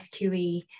SQE